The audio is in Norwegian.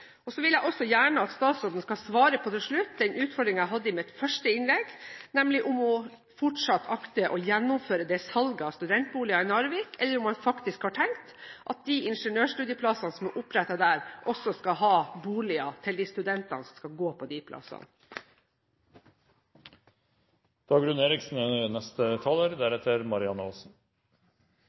oss. Så vil jeg også gjerne at statsråden til slutt skal svare på den utfordringen jeg hadde i mitt første innlegg, om hun fortsatt akter å gjennomføre det salget av studentboliger i Narvik, eller om hun faktisk har tenkt at de studentene på ingeniørstudieplassene som er opprettet der, også skal ha boliger. Siden det er